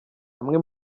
amwe